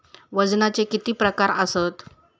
वजनाचे किती प्रकार आसत?